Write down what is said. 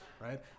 right